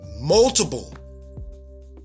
multiple